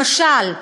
למשל,